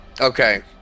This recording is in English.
Okay